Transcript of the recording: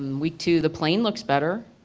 week two the plane looks better.